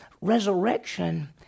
Resurrection